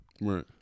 Right